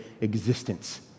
existence